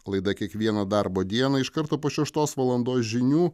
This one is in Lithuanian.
laida kiekvieną darbo dieną iš karto po šeštos valandos žinių